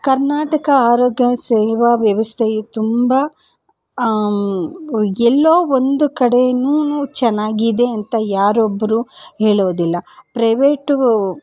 ಕರ್ನಾಟಕ ಆರೋಗ್ಯ ಸೇವಾ ವ್ಯವಸ್ಥೆಯು ತುಂಬ ಎಲ್ಲೋ ಒಂದು ಕಡೆಯೂ ಚೆನ್ನಾಗಿದೆ ಅಂತ ಯಾರೊಬ್ಬರೂ ಹೇಳೋದಿಲ್ಲ ಪ್ರೈವೇಟು